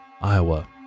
Iowa